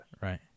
Right